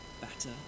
better